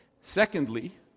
Secondly